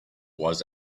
was